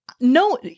no